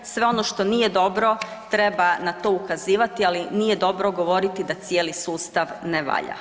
Sve ono što nije dobro, treba na to ukazivati, ali nije dobro govoriti da cijeli sustav ne valja.